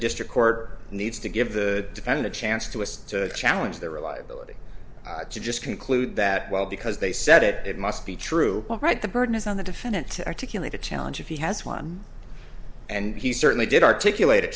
district court needs to give the defend a chance to us to challenge their reliability just conclude that well because they said it it must be true all right the burden is on the defendant to articulate a challenge if he has one and he certainly did articulate a